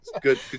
Good